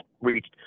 reached